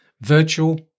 Virtual